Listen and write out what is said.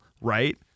right